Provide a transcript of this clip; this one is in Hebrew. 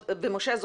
משה,